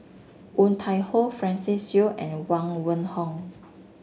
Woon Tai Ho Francis Seow and Huang Wenhong